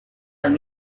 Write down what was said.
i’ve